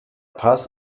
paz